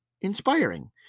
inspiring